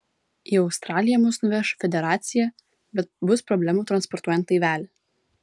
į australiją mus nuveš federacija bet bus problemų transportuojant laivelį